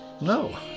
No